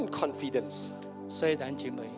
confidence